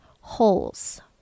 Holes